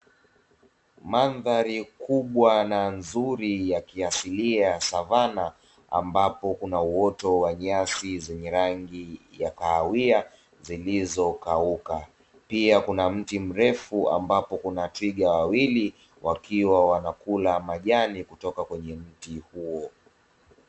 Mandhari kubwa na nzuri ya kiasilia ya savana, ambapo kuna uoto wa nyasi za rangi ya kahawia zilizokauka, pia kuna mti mrefu ambapo kuna twiga wawili wakiwa wanakula majani kutoka kwenye mti huo.